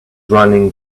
running